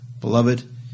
Beloved